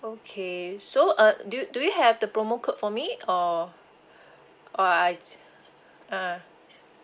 okay so uh do you do you have the promo code for me or or I ah